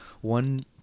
one